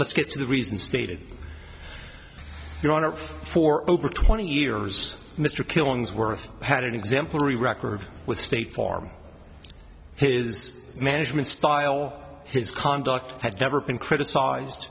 let's get to the reasons stated your honor for over twenty years mr killingsworth had an exemplary record with state farm his management style his conduct had never been criticized